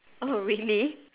really